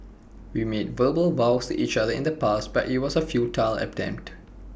we made verbal vows to each other in the past but IT was A futile attempt